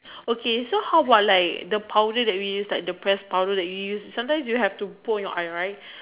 okay so how about like the powder that we use that the press powder that we use sometimes you have to put on your eye right